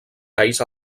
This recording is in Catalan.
talls